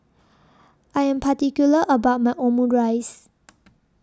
I Am particular about My Omurice